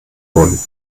wurden